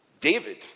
David